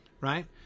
right